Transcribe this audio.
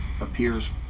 appears